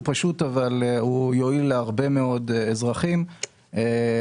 זו יוזמה שתעזור להרבה מאוד פנסיונרים בעתיד.